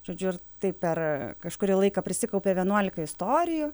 žodžiu ir tai per kažkurį laiką prisikaupė vienuolika istorijų